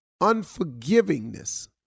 unforgivingness